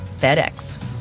FedEx